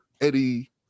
Eddie